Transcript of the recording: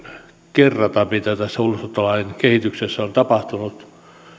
kerrata mitä tässä ulosottolain kehityksessä on tapahtunut